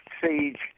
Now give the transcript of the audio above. siege